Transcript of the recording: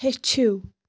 ہیٚچھِو